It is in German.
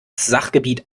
sachgebiet